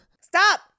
Stop